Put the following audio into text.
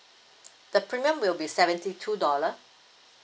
the premium will be seventy two dollar